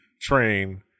train